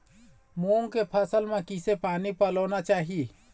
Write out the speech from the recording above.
मूंग के फसल म किसे पानी पलोना चाही?